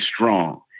strong